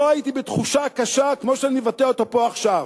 לא הייתי בתחושה קשה כמו שאני מבטא אותה פה עכשיו,